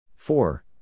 Four